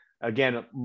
Again